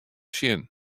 sjen